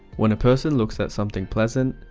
when a person looks at something pleasant,